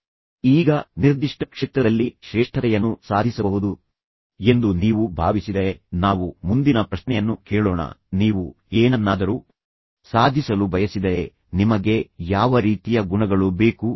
ಈಗ ನೀವು ನಿಜವಾಗಿಯೂ ಶ್ರೇಷ್ಠರಾಗಿದ್ದೀರಿ ಅಥವಾ ನೀವು ನಿರ್ದಿಷ್ಟ ಕ್ಷೇತ್ರದಲ್ಲಿ ಶ್ರೇಷ್ಠತೆಯನ್ನು ಸಾಧಿಸಬಹುದು ಎಂದು ನೀವು ಭಾವಿಸಿದರೆ ನಾವು ಮುಂದಿನ ಪ್ರಶ್ನೆಯನ್ನು ಕೇಳೋಣ ನೀವು ಏನನ್ನಾದರೂ ಸಾಧಿಸಲು ಬಯಸಿದರೆ ನಿಮಗೆ ಯಾವ ರೀತಿಯ ಗುಣಗಳು ಬೇಕು